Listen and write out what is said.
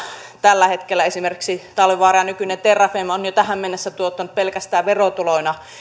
tällä hetkellä esimerkiksi talvivaara nykyinen terrafame on jo tähän mennessä tuottanut pelkästään verotuloina